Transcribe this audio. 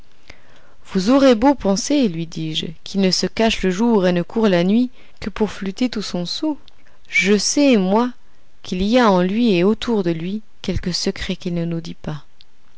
vous aurez beau penser lui dis-je qu'il ne se cache le jour et ne court la nuit que pour flûter tout son soûl je sais moi qu'il y a en lui et autour de lui quelque secret qu'il ne nous dit pas